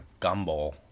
gumball